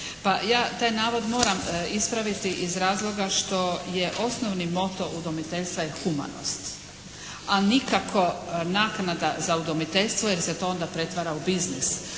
Pa ja taj navod moram ispraviti iz razloga što je osnovni moto udomiteljstva humanost a nikako naknada za udomiteljstvo jer se to onda pretvara u biznis